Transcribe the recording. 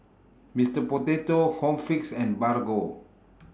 Mister Potato Home Fix and Bargo